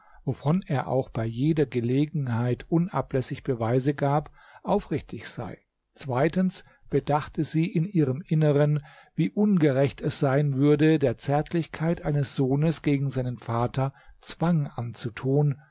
wovon er auch bei jeder gelegenheit unablässig beweise gab aufrichtig sei zweitens bedachte sie in ihrem inneren wie ungerecht es sein würde der zärtlichkeit eines sohnes gegen seinen vater zwang anzutun